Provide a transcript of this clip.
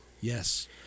Yes